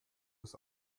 das